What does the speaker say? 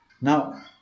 Now